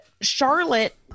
charlotte